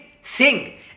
sing